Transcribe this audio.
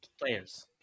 players